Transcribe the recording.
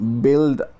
build